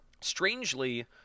strangely